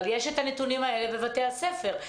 אבל יש הנתונים האלה בבתי הספר.